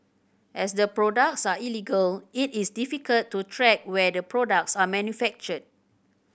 as the products are illegal it is difficult to track where the products are manufactured